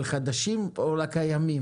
חדשים או לקיימים?